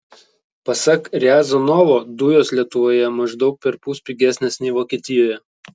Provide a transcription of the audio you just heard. pasak riazanovo dujos lietuvoje maždaug perpus pigesnės nei vokietijoje